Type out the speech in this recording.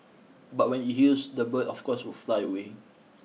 but when it heals the bird of course would fly away